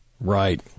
Right